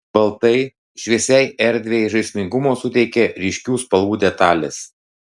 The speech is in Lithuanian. baltai šviesiai erdvei žaismingumo suteikia ryškių spalvų detalės